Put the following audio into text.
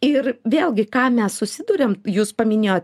ir vėlgi ką mes susiduriam jūs paminėjot